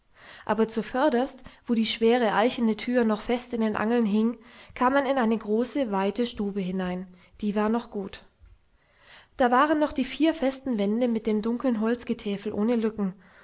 aber zuvörderst wo die schwere eichene tür noch fest in den angeln hing kam man in eine große weite stube hinein die war noch gut da waren noch die vier festen wände mit dem dunkeln holzgetäfel ohne lücken